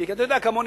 כי אתה יודע כמוני,